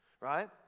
right